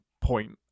point